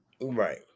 right